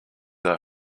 are